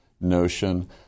notion